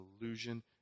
illusion